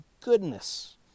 goodness